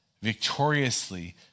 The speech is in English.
victoriously